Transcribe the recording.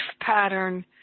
pattern